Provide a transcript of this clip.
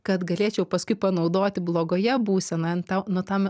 kad galėčiau paskui panaudoti blogoje būsenoje n tau nu tam